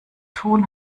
tun